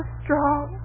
strong